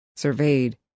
surveyed